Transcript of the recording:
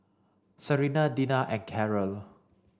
Serena Dinah and Caryl